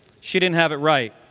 she didn't have it right.